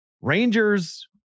Rangers